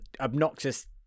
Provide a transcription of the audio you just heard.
obnoxious